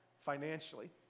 financially